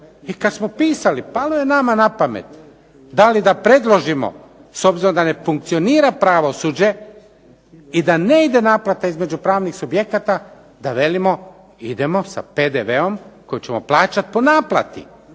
I kada smo pisali palo je nama na pamet, da li da predložimo s obzirom da ne funkcionira pravosuđe i da ne ide naplata između pravnih subjekata da velimo idemo sa PDV-om koji ćemo plaćati po naplati,